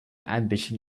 ambition